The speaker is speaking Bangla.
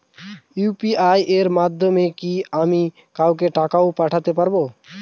ইউ.পি.আই এর মাধ্যমে কি আমি কাউকে টাকা ও পাঠাতে পারবো?